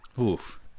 Oof